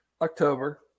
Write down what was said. October